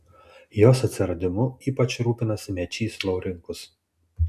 jos atsiradimu ypač rūpinosi mečys laurinkus